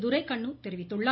துரைக்கண்ணு தெரிவித்துள்ளார்